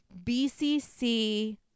BCC